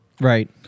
right